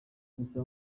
gusa